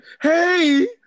Hey